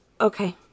Okay